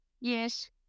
Yes